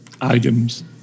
items